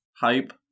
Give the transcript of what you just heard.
hype